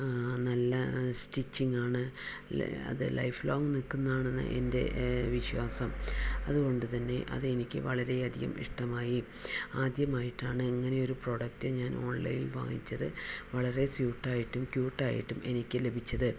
നല്ല സ്റ്റിച്ചിങ്ങാണ് അത് ലൈഫ് ലോങ്ങ് നിൽക്കുന്നതാണ് എന്നാണെൻ്റെ വിശ്വാസം അതുകൊണ്ടു തന്നെ എനിക്ക് അത് വളരെയധികം ഇഷ്ടമായി ആദ്യമായിട്ടാണ് ഇങ്ങനെയൊരു പ്രോഡക്റ്റ് ഞാൻ ഓൺലൈനായി വാങ്ങിച്ചത് വളരെ സ്യുട്ട് ആയിട്ടും ക്യൂട്ട് ആയിട്ടും എനിക്ക് ലഭിച്ചത്